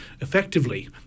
effectively